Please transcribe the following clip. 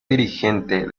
dirigente